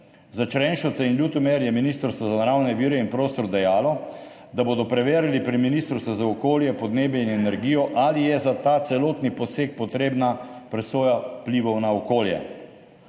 Za Črenšovce in Ljutomer je Ministrstvo za naravne vire in prostor dejalo, da bodo preverili pri Ministrstvu za okolje, podnebje in energijo, ali je za ta celotni poseg potrebna presoja vplivov na okolje.